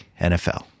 NFL